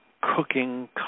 cooking